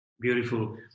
Beautiful